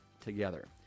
together